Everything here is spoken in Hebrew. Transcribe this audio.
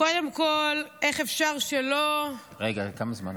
קודם כול, איך אפשר שלא, רגע, כמה זמן?